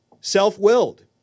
self-willed